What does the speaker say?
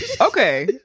okay